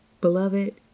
Beloved